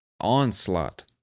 onslaught